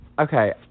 Okay